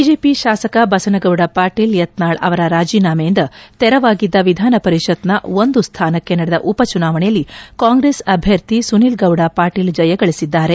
BJP ಶಾಸಕ ಬಸನಗೌಡ ಪಾಟೀಲ್ ಯತ್ನಾಳ್ ಅವರ ರಾಜೀನಾಮೆಯಿಂದ ತೆರವಾಗಿದ್ದ ವಿಧಾನ ಪರಿಷತ್ನ ಒಂದು ಸ್ಥಾನಕ್ಷೆ ನಡೆದ ಉಪಚುನಾವಣೆಯಲ್ಲಿ ಕಾಂಗ್ರೆಸ್ ಅಭ್ಯರ್ಥಿ ಸುನಿಲ್ ಗೌಡ ಪಾಟೀಲ್ ಜಯ ಗಳಿಸಿದ್ದಾರೆ